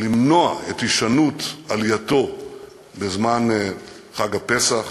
למנוע את הישנות עלייתו בזמן חג הפסח.